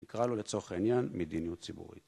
נקרא לו לצורך העניין מדיניות ציבורית